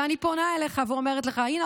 ואני פונה אליך ואומרת לך: הינה,